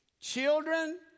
Children